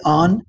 on